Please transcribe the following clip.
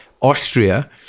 Austria